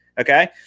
Okay